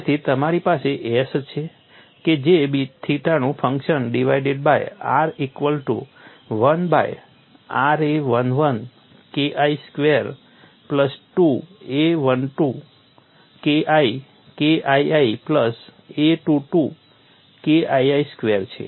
તેથી તમારી પાસે S છે કે જે થીટાનું function divided by r equal to 1 by ra11 KI square plus 2 a12 KI KII plus a22 KII square છે